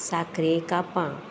साखरे कापां